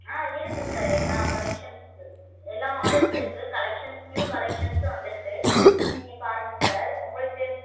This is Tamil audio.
ஆ இருக்குது சார் எல்லா கலெக்ஷன்ஸ்ஸு எல்லா மாடல்ஸ்ஸும் இருக்குது கலெக்ஷன்ஸ் நியூ கலெக்ஷனன்ஸ்ஸும் வந்திருக்கு நீங்கள் பாருங்க சார் உங்களுக்கு